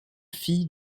fille